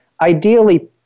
ideally